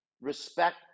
respect